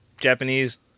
Japanese